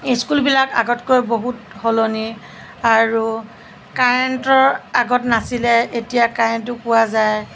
স্কুলবিলাক আগতকৈ বহুত সলনি আৰু কাৰেণ্টৰ আগত নাছিলে এতিয়া কাৰেণ্টো পোৱা যায়